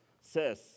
says